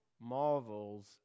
marvels